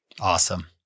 Awesome